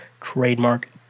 Trademark